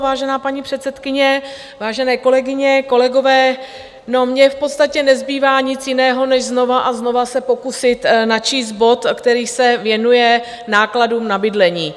Vážená paní předsedkyně, vážené kolegyně a kolegové, mně v podstatě nezbývá nic jiného, než znova a znova se pokusit načíst bod, který se věnuje nákladům na bydlení.